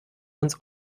uns